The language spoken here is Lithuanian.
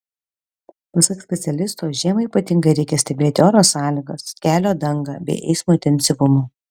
pasak specialisto žiemą ypatingai reikia stebėti oro sąlygas kelio dangą bei eismo intensyvumą